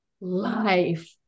life